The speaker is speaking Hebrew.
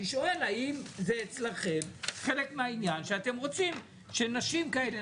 אני שואל האם זה אצלכם חלק מהעניין שאתם רוצים שנשים כאלה,